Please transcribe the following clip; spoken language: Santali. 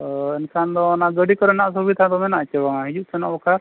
ᱦᱳᱭ ᱮᱱᱠᱷᱟᱱ ᱫᱚ ᱚᱱᱟ ᱜᱟᱹᱰᱤ ᱠᱚᱨᱮᱜᱟᱱ ᱥᱩᱵᱤᱫᱟ ᱫᱚ ᱢᱮᱱᱟᱜᱼᱟ ᱪᱮ ᱵᱟᱝᱟ ᱦᱤᱡᱩᱜ ᱥᱮᱱᱚᱜ ᱵᱟᱠᱷᱨᱟ